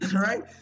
right